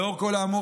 לאור כל האמור,